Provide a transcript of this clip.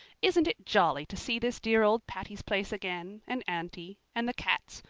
isn't it jolly to see this dear old patty's place again and aunty and the cats?